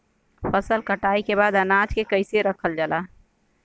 फसल कटाई के बाद अनाज के कईसे रखल जाला?